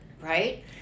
right